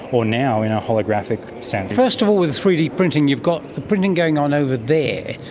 or now in a holographic sense. first of all with three d printing you've got the printing going on over there,